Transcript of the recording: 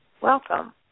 Welcome